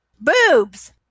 Boobs